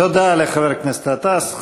תודה לחבר הכנסת גטאס.